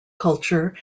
culture